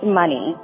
money